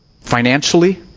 Financially